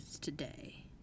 today